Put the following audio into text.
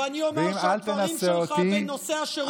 ואני אומר שהדברים שלך בנושא השירות הצבאי היו חוצפה,